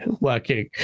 working